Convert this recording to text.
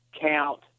count